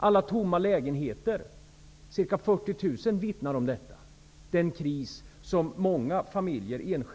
Alla tomma lägenheter -- ca 40.000 -- vittnar om den kris som många familjer upplever.